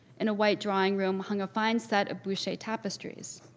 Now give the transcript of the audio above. in a white drawing room hung a fine set of boucher tapestries.